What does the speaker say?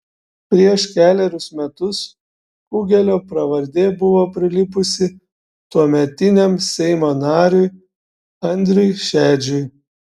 prieš kelerius metus kugelio pravardė buvo prilipusi tuometiniam seimo nariui andriui šedžiui